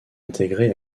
intégrée